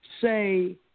say